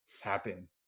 happen